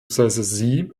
sie